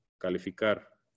calificar